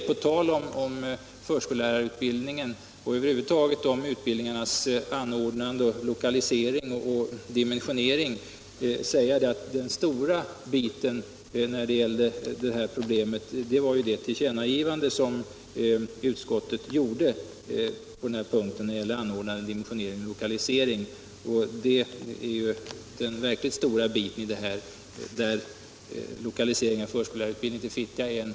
På tal om förskollärarutbildning och över huvud taget utbildningens anordnande, lokalisering och dimensionering kan man i och för sig säga att den stora biten i detta fall var det tillkännagivande som utskottet gjorde, medan lokaliseringen till Fittja är en mindre del.